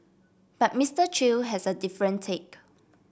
but Mister Chew has a different take